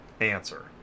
answer